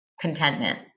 contentment